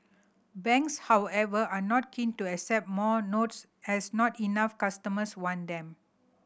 banks however are not keen to accept more notes as not enough customers want them